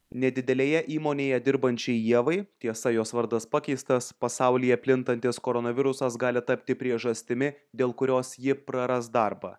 nedidelėje įmonėje dirbančiai ievai tiesa jos vardas pakeistas pasaulyje plintantis koronavirusas gali tapti priežastimi dėl kurios ji praras darbą